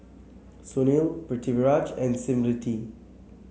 Sunil Pritiviraj and Smriti